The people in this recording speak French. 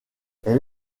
elle